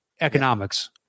economics